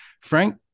Frank